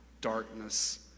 darkness